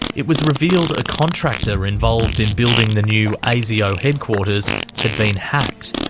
it was revealed a contractor involved in building the new asio headquarters had been hacked,